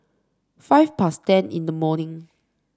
five past ten in the morning